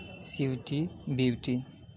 سیوٹی beauty